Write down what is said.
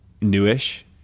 newish